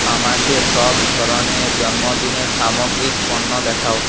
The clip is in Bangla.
আমাকে সব ধরনের জন্মদিনের সামগ্রী ও পণ্য দেখাও